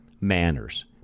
manners